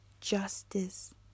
justice